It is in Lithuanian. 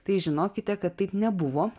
tai žinokite kad taip nebuvo